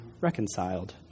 reconciled